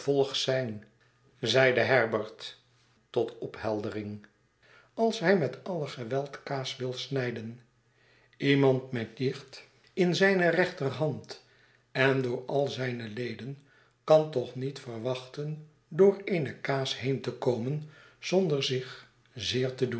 zijn zeide herbert tot opheldering als hij met alle geweld kaas wil snijden iemand met de jicht in zijne rechterhand en door al zijne leden kan toch niet verwachten door eene kaas heen te komen zonder zich zeer te doen